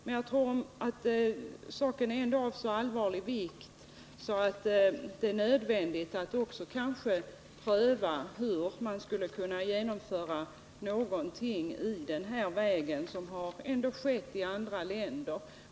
Men jag tror att saken ändå är så allvarlig att det är nödvändigt att pröva hur man skulle kunna införa en bestämmelse i den här vägen; det har ju ändå skett i andra länder.